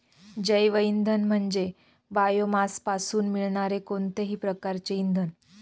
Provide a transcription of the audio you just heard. जैवइंधन म्हणजे बायोमासपासून मिळणारे कोणतेही प्रकारचे इंधन